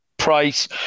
price